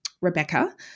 Rebecca